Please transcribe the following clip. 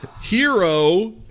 hero